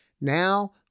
Now